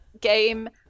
game